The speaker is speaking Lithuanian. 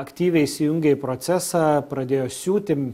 aktyviai įsijungė į procesą pradėjo siūti